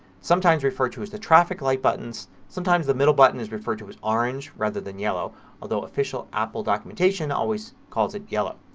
sometimes referred to as the traffic light buttons. sometimes the middle button is referred to as orange rather than yellow although official apple documentation always calls it yellow.